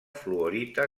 fluorita